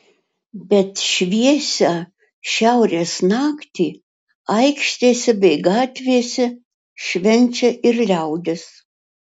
bet šviesią šiaurės naktį aikštėse bei gatvėse švenčia ir liaudis